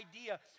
idea